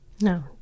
No